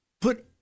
put